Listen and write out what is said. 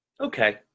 okay